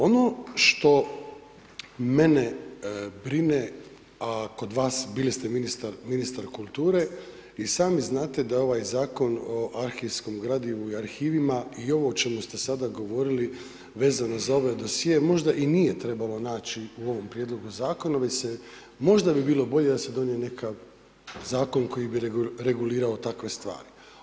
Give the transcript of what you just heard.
Ono što mene brine, a kod vas, bili ste ministar kulture, i sami znate da ovaj Zakon o arhivskom gradivu i arhivima i ovo o čemu ste sada govorili vezano za ove dosjee možda i nije trebalo naći u ovome Prijedlogu zakona, možda bi bilo bolje da se donio nekakav zakon koji bi regulirao takve stvari.